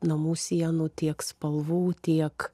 namų sienų tiek spalvų tiek